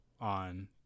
on